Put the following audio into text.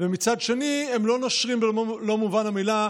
ומצד שני הם לא נושרים במלוא מובן המילה.